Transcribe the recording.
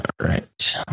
right